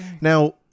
Now